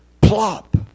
plop